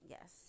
Yes